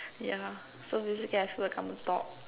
yeah so basically I feel like I'm a dog